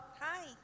Hi